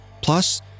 Plus